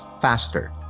faster